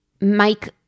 make